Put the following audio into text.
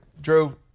Drew